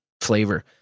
flavor